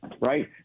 right